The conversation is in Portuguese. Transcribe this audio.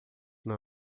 não